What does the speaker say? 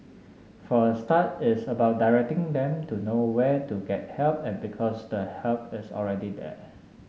for a start it's about directing them to know where to get help and because the help is already there